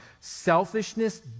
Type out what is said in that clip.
Selfishness